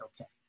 okay